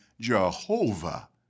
Jehovah